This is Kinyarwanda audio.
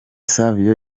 savio